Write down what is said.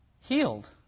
Healed